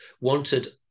wanted